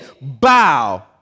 bow